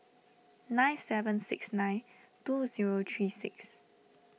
nine seven six nine two zero three six